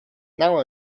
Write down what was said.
now